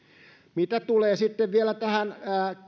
mitä tulee sitten vielä tähän